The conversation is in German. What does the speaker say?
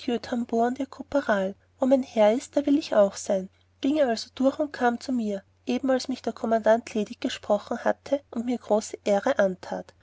wo mein herr ist da will ich auch sein gieng also durch und kam zu mir eben als mich der kommandant ledig gesprochen hatte und mir große ehre antät